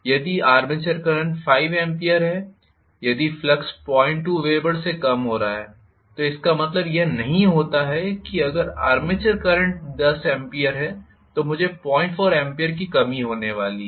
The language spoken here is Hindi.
यदि आर्मेचर करंट 5 A है यदि फ्लक्स 02 wb से कम हो रहा है तो इसका मतलब यह नहीं होता है अगर आर्मेचर करंट 10 A है तो मुझे 04 wb की कमी होने वाली है